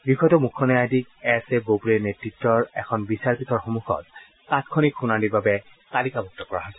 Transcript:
বিষয়টো মুখ্য ন্যায়াধীশ এছ এ বোবড়ে নেততৰ এখন বিচাৰপীঠৰ সন্মখত তাংক্ষণি শুনানীৰ বাবে তালিকাভুক্ত কৰা হৈছে